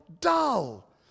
dull